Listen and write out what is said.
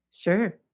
Sure